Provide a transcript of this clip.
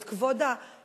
את כבוד האשה,